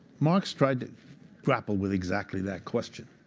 marx tried to grapple with exactly that question.